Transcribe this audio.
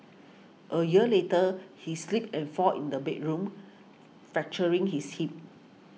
a year later he slipped and fall in the bedroom fracturing his hip